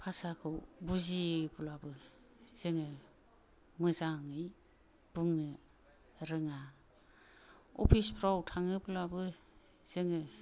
भासाखौ बुजियोब्लाबो जोङो मोजाङै बुंनो रोङा अफिसफ्राव थाङोब्लाबो जोङो